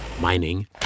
mining